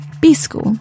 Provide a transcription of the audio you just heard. B-School